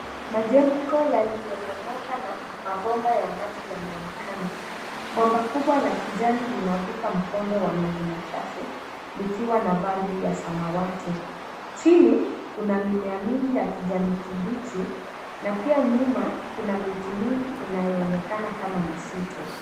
Majengo yaliyobomoka na mabomba ya maji yanaonekana, mbomba kubwa la kijani linavuka kondo wa maji machafu likiwa na valvu ya samawati, chini kuna mimea mingi ya kijani kibichi na pia nyuma kuna miti mingi inayoonekana kama misitu.